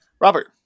Robert